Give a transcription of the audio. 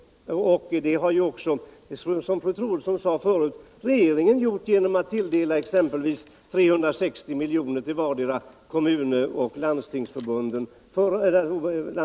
Som fru Troedsson själv sade har ju regeringen kompenserat detta under förra året med 360 milj.kr. vardera till kommunerna och landstingen.